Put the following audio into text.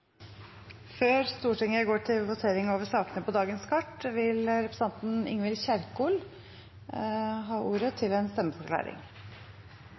Før Stortinget går til votering over sakene på dagens kart, får representanten Ingvild Kjerkol ordet til en stemmeforklaring.